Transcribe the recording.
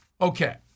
Okay